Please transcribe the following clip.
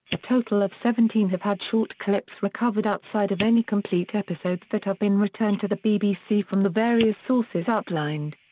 a total of seventeen have had short clips recovered outside of any complete episodes that have been returned to the bbc from the various sources outlined.